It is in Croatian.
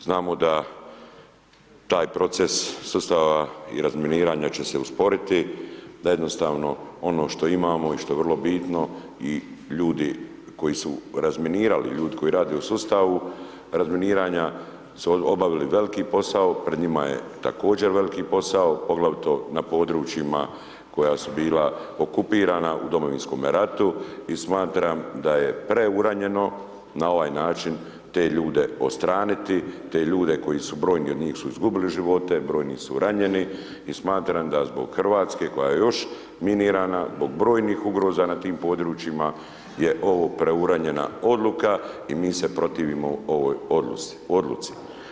Znamo da taj proces sustav i razminiranja će se usporiti, da jednostavno ono što imamo i što je vrlo bitno i ljudi koji su razminirali, ljudi koji rade u sustavu razminiranja su obavili veliki posao, pred njima je također veliki posao, poglavito na područjima koja su bila okupirana u Domovinskome ratu i smatram da je preuranjeno na ovaj način te ljude odstraniti, te ljude koji su brojni, od njih su izgubili živote, brojni su ranjeni i smatram da zbog Hrvatske koja je još minirana, zbog brojnih ugroza na tim područjima je ovo preuranjena odluka i mi se protivimo ovoj odluci.